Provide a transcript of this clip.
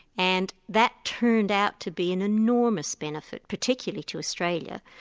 and that turned out to be an enormous benefit, particularly to australia,